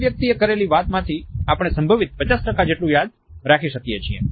કોઈ વ્યક્તિ એ કરેલી વાત માંથી આપણે સંભવિત 50 જેટલું યાદ રાખી શકીએ છીએ